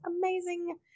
amazing